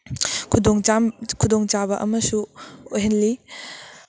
ꯈꯨꯗꯣꯡꯆꯥꯕ ꯑꯃꯁꯨ ꯑꯣꯏꯍꯜꯂꯤ